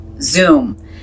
Zoom